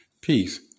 Peace